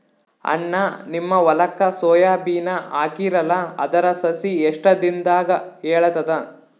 ಅಣ್ಣಾ, ನಿಮ್ಮ ಹೊಲಕ್ಕ ಸೋಯ ಬೀನ ಹಾಕೀರಲಾ, ಅದರ ಸಸಿ ಎಷ್ಟ ದಿಂದಾಗ ಏಳತದ?